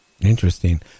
Interesting